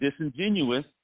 disingenuous